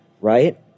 right